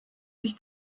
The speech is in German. sich